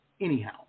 Anyhow